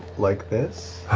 like this?